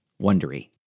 wondery